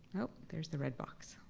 oh, there's the red box.